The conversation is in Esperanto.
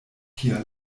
tia